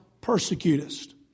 persecutest